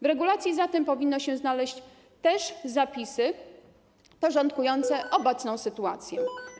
W regulacji zatem powinny się znaleźć też zapisy porządkujące obecną sytuację.